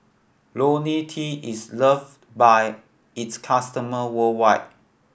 Ionil T is love by its customer worldwide